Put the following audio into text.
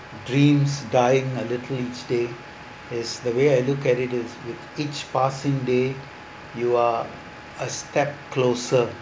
dreams dying a little each day is the way I look at it is with each passing day you are a step closer